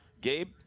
Gabe